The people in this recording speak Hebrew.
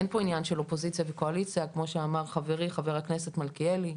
אין פה עניין של אופוזיציה וקואליציה כמו שאמר חברי ח"כ מלכיאלי,